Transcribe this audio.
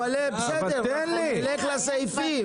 בסדר, נלך לסעיפים.